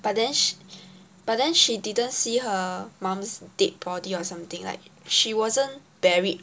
but then sh~ but then she didn't see her mum's dead body or something like she wasn't buried